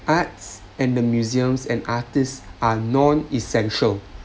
arts and the museums and artists are non essential